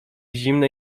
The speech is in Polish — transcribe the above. zimne